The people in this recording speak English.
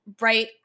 right